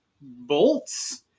bolts